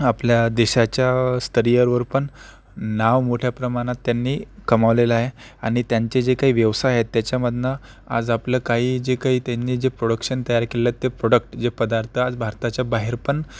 आपल्या देशाच्या स्थरीयरवर पण नाव मोठ्या प्रमाणात त्यांनी कमावलेलं आहे आणि त्यांचे जे काही व्यवसाय आहेत त्याच्यामधनं आज आपलं काही जे काही त्यांनी जे प्रोडक्शन तयार केलेलं आहे ते प्रोडक्ट जे पदार्थ आज भारताच्या बाहेर पण